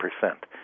percent